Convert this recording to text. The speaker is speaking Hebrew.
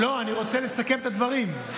לא, אני רוצה לסכם את הדברים.